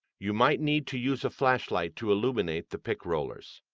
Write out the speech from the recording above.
you might need to use a flashlight to illuminate the pick rollers.